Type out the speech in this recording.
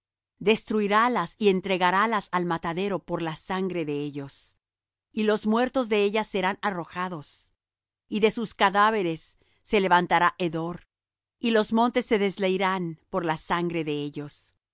ellas destruirálas y entregarálas al matadero por la sangre de ellos y los muertos de ellas serán arrojados y de sus cadáveres se levantará hedor y los montes se desleirán por la sangre de ellos